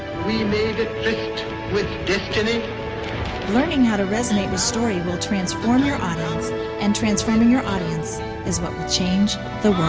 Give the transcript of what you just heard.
we made a tryst with destiny female learning how to resonate the story will transform your audience and transforming your audience is what will change the